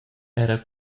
era